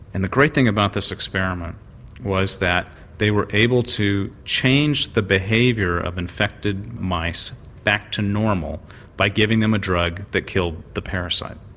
and the great thing about this experiment was that they were able to change the behaviour of infected mice back to normal by giving them a drug that killed the parasite.